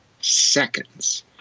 seconds